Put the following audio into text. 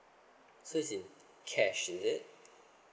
so it's in cash is it